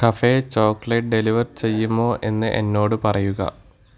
cafe chocolate deliver ചെയ്യുമോ എന്ന് എന്നോട് പറയുക